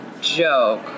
joke